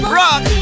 rock